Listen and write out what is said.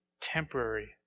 temporary